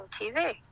TV